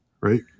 right